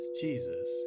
Jesus